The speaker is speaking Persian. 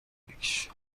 بکشی